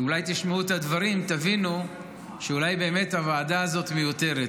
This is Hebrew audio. אולי אם תשמעו את הדברים תבינו שאולי באמת הוועדה הזאת מיותרת,